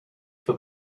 for